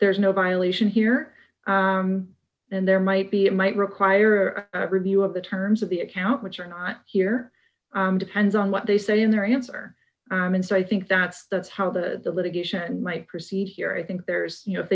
there's no violation here and there might be it might require a review of the terms of the account which are not here depends on what they say in their answer and so i think that that's how the litigation might proceed here i think there's you know if